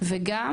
אוקי,